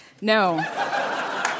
No